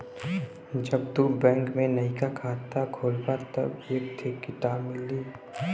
जब तू बैंक में नइका खाता खोलबा तब एक थे किताब मिली